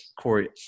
Corey